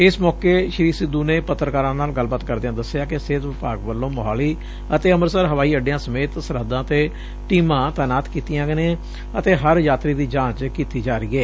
ਇਸ ਮੌਕੇ ਸ੍ਰੀ ਸਿੱਧੁ ਨੇ ਪੱਤਰਕਾਰਾਂ ਨਾਲ ਗੱਲਬਾਤ ਕਰਦਿਆਂ ਦੱਸਿਆ ਕਿ ਸਿਹਤ ਵਿਭਾਗ ਵੱਲੋਂ ਮੋਹਾਲੀ ਅਤੇ ਅੰਮ੍ਰਿਤਸਰ ਹਵਾਈ ਅੱਡਿਆਂ ਸਮੇਤ ਸਰਹੱਦਾਂ 'ਤੇ ਟੀਮਾਂ ਤਾਇਨਾਤ ਕੀਤੀਆ ਨੇ ਅਤੇ ਹਰ ਯਾਤਰੀ ਦੀ ਜਾਂਚ ਕੀਤੀ ਜਾ ਰਹੀ ਏ